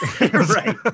Right